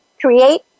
Create